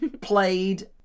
played